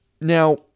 Now